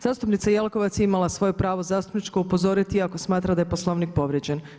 Zastupnica Jelkovac je imala svoje pravo zastupničko upozoriti i ako smatra da je Poslovnik povrijeđen.